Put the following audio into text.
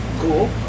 cool